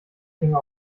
finger